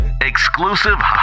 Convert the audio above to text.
Exclusive